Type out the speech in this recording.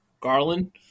Garland